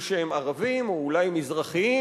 הוא שהם ערבים, או אולי מזרחיים,